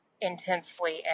intensely